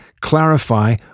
clarify